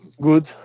good